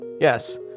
yes